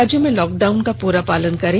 राज्य में lockdown का पुरा पालन करें